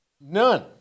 None